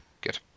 Good